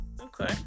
Okay